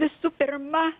visų pirma